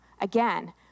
Again